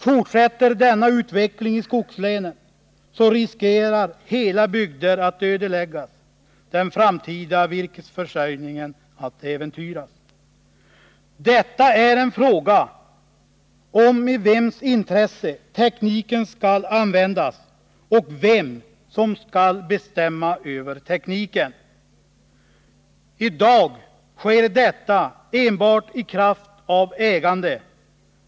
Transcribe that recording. Fortsätter denna utveckling i skogslänen, så riskerar man att hela bygder ödeläggs, och den framtida virkesförsörjningen äventyras. Frågan gäller i vems intresse tekniken skall användas och vem som skall bestämma över tekniken. I dag bestäms detta enbart i kraft av ägandet.